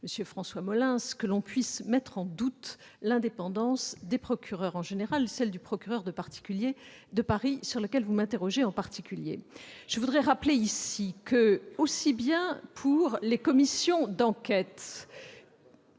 M. François Molins, que l'on puisse mettre en doute l'indépendance des procureurs en général, celle du procureur de Paris sur lequel vous m'interrogez en particulier. Et du suivant ? Qu'il s'agisse des commissions d'enquête